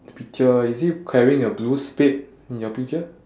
the picture is he carrying a blue spade in your picture